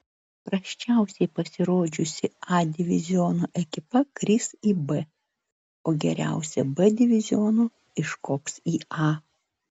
prasčiausiai pasirodžiusi a diviziono ekipa kris į b o geriausia b diviziono iškops į a